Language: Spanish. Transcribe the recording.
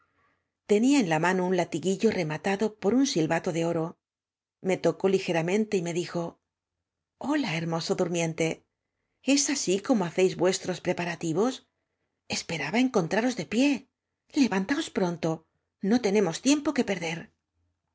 en ia mano un iatiguillo rematado por un silbato de oro me tocó ligeramente y me dijo hola hermoso durmiente es así como hacéis vuestros preparativos esperaba encon traros de pié levantaos pronto no tenemos tiem po que perder